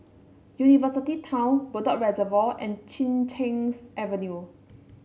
University Town Bedok Reservoir and Chin Cheng's Avenue